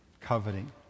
Coveting